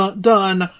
done